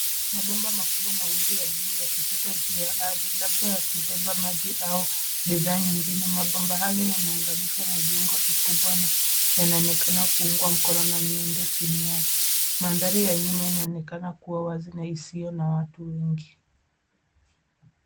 Mabomba makubwa mawili ya bluu yakipita juu ya ardhi, labda yakibeba maji au bidhaa nyingine. Mabomba hayo yanaunganishwa na viungo vikubwa na yanaonekana kuungwa mkono na miundo chini yake. Mandhari ya nyuma inaonekana kuwa wazi na isiyo na watu wengi.